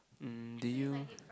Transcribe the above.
mm do you